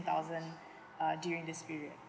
thousand err during this period